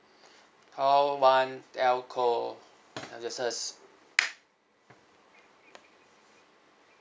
call one telco services